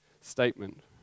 statement